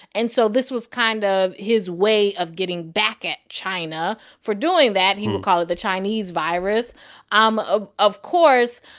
and so this was kind of his way of getting back at china for doing that. he would call it the chinese virus um ah of course,